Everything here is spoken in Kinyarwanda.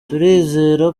turizera